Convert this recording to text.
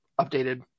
updated